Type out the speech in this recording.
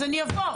אז אני אבוא,